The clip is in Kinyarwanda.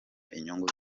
inyungu